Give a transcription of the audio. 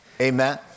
Amen